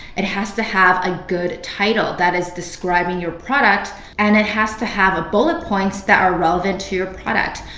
it has to have a good title that is describing your product and it has to have a bullet points that are relevant to your product.